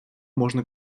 можно